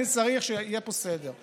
אני צריך שיהיה פה סדר.